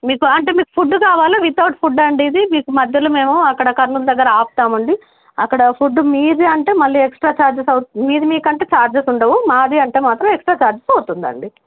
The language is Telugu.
మీకు అంటే మీకు ఫుడ్ కావాలి వితౌట్ ఫుడ్డా అండి ఇది మీకు మధ్యలో మేము అక్కడ కర్నూలు దగ్గర ఆపుతామండి అక్కడ ఫుడ్ మీది అంటే మళ్ళీ ఎక్స్ట్రా ఛార్జెస్ అవు మీది మీక అంటే చార్జెస్ ఉండవు మాది అంటే మాత్రం ఎక్స్ట్రా ఛార్జెస్ అవుతుందండి